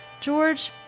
George